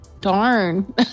darn